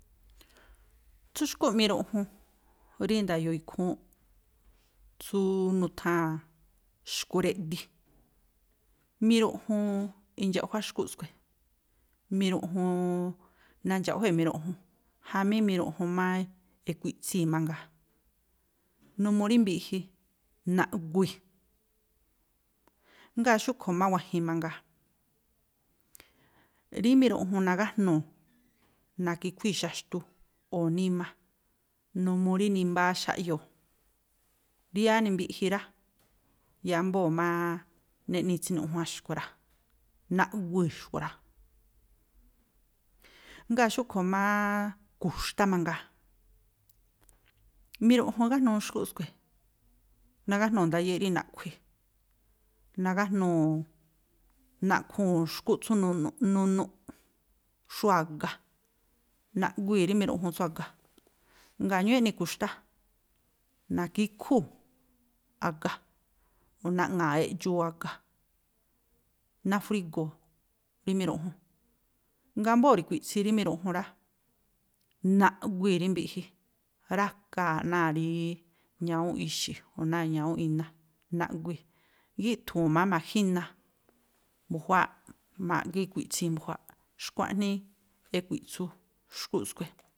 Tsú xkúꞌ miruꞌjun, rí nda̱yo̱o̱ ikhúúnꞌ, tsúúú nutháa̱n xkureꞌdi, miruꞌjun indxaꞌjuá xkúꞌ skui̱, miruꞌjun, nandxaꞌjuée̱ miruꞌjun, jamí miruꞌjun má ikhui̱ꞌtsii̱ mangaa, numuu rí mbiꞌji, naꞌgui. Ngáa̱ xúꞌkhui̱ má wa̱jin mangaa, rí miruꞌjun nagájnuu̱, na̱ke̱ íkhuíi̱ xaxtu o̱ níma, numuu rí nimbáá xáꞌyoo̱. Rí yáá nimbiꞌji rá, yámbóo̱ mááá neꞌnii̱ tsinuꞌjuan xkui̱ rá. Naꞌguii̱ xkui̱ rá. Ngáa̱ xúꞌkhui̱ mááá ku̱xtá mangaa, miruꞌjun igájnuu xkúꞌ skui̱, nagájnuu̱ ndayéꞌ rí naꞌkhui̱, nagájnuu̱ naꞌkhuu̱n xkúꞌ tsú nunuꞌ, xú a̱ga, naꞌguii̱ rí miruꞌjun tsú a̱ga, ngáa̱ ñúúꞌ eꞌni ku̱xtá, na̱ke̱ íkhúu̱ a̱ga, o̱ naꞌŋa̱a̱ eꞌdxuu a̱ga, najwrigo̱o̱ rí miruꞌju, ngáa̱ ámbóo̱ rakui̱ꞌtsi rí miruꞌjun rá, naꞌguii̱ rí mbiꞌji, rákaa̱ náa̱ rííí ñawúúnꞌ ixi̱ o̱ náa̱ ñawúúnꞌ iná, naꞌgui, gíꞌthu̱u̱n má ma̱jína mbu̱juááꞌ ma̱ꞌge ikui̱ꞌtsi mbu̱juááꞌ. Xkua̱ꞌnii ekui̱ꞌtsu xkúꞌ skui̱.